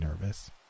nervous